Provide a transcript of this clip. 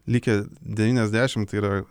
likę devyniasdešim yra